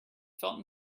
felt